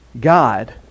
God